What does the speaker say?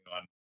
on